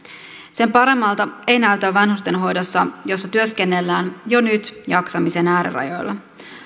sen paremmalta ei näytä vanhustenhoidossa jossa työskennellään jo nyt jaksamisen äärirajoilla